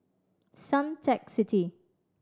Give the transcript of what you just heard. Suntec City